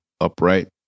upright